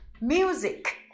Music